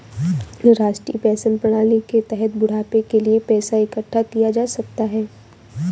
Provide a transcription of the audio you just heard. राष्ट्रीय पेंशन प्रणाली के तहत बुढ़ापे के लिए पैसा इकठ्ठा किया जा सकता है